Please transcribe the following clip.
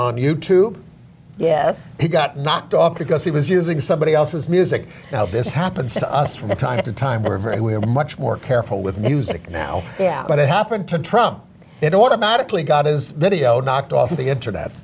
on you tube yeah he got knocked off because he was using somebody else's music this happens to us from time to time but we're very we're much more careful with music now yeah but it happened to trump it automatically got is video knocked off the internet